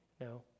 No